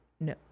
no